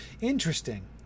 Interesting